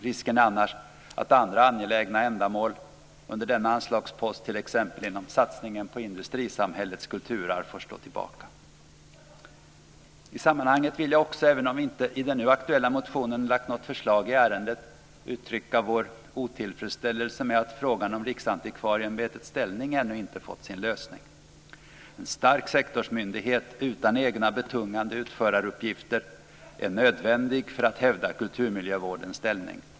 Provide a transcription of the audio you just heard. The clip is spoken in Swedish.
Risken är annars att andra angelägna ändamål under denna anslagspost, t.ex. satsningen på industrisamhällets kulturarv, får stå tillbaka. I sammanhanget vill jag också, även om vi inte i den nu aktuella motionen har lagt fram något förslag i ärendet, uttrycka vår otillfredsställelse över att frågan om Riksantikvarieämbetets ställning ännu inte har fått sin lösning. En stark sektorsmyndighet utan egna betungande utföraruppgifter är nödvändig för att hävda kulturmiljövårdens ställning.